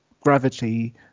gravity